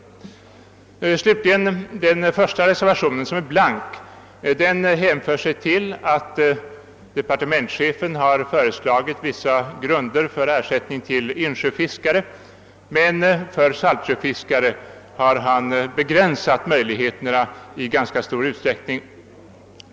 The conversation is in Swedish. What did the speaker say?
Slutligen något om den första reservationen, den som är blank. Den hänför sig till det förhållandet att departementschefen har föreslagit vissa grunder för ersättning till insjöfiskare — men för saltsjöfiskare har han begränsat dessa möjligheter i ganska stor utsträckning.